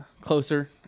closer